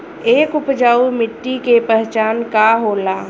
एक उपजाऊ मिट्टी के पहचान का होला?